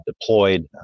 deployed